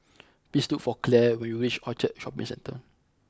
please look for Claire when you reach Orchard Shopping Centre